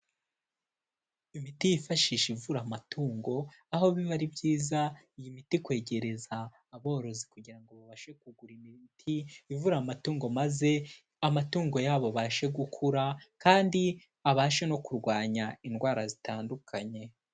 Imiti yifashisha ivura amatungo, aho biba ari byiza, iyi miti kwegereza aborozi kugira babashe kugura imiriti ivura amatungo, maze amatungo yabo abashe gukura kandi abashe no kurwanya indwara zitandukanye.